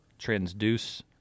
transduce